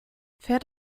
fährt